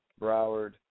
Broward